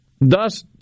Thus